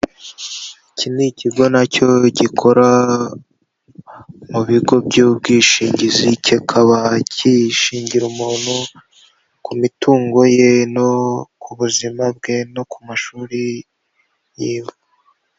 Iki ni ikigo na cyo gikora mu bigo by'ubwishingizi, kikaba kishingira umuntu ku mitungo ye no ku buzima bwe no ku mashuri yiwe.